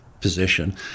position